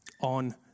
on